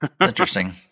Interesting